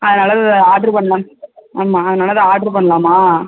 அதனால் ஆர்ட்ரு பண்ணலாம் ஆமாம் அதனால் அது ஆர்ட்ரு பண்ணலாமா